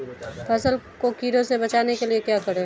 फसल को कीड़ों से बचाने के लिए क्या करें?